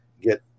get